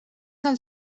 del